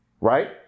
right